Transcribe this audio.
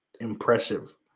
impressive